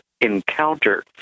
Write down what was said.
encounter